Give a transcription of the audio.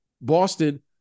Boston